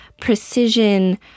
precision